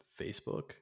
facebook